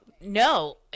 no